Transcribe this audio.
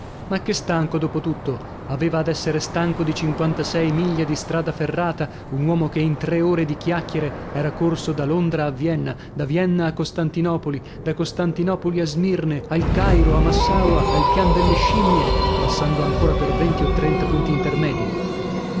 ma che stanco dopo tutto aveva ad essere stanco di cinquantasei miglia di strada ferrata un uomo che in tre ore di chiacchiere era corso da londra a vienna da vienna a costantinopoli da costantinopoli a smirne al cairo a massaua al pian delle scimmie passando ancora per venti o trenta punti intermedii